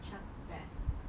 chuck bass